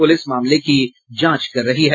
police मामले की जांच कर रही है